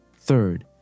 Third